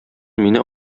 мине